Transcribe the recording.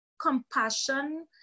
compassion